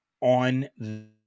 on